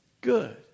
good